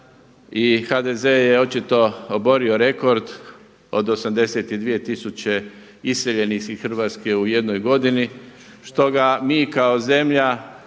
i HDZ je očito oborio rekord od 82 tisuće iseljenih iz Hrvatske u jednoj godini što ga mi kao zemlja